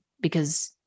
because-